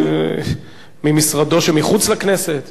ממשרדו שמחוץ לכנסת?